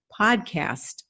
podcast